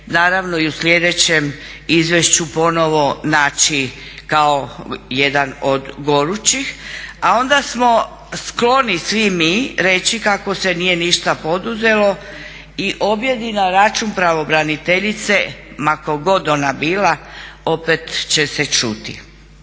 naravno i u sljedećem izvješću ponovo naći kao jedan od gorućih. A onda smo skloni svi mi reći kako se nije ništa poduzelo i objedi na račun pravobraniteljice, ma tko god onda bila, opet će se čuti.